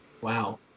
Wow